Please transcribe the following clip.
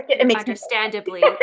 understandably